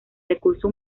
recurso